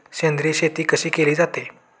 सेंद्रिय शेती कशी केली जाते?